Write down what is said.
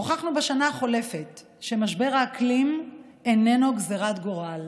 הוכחנו בשנה החולפת שמשבר האקלים איננו גזרת גורל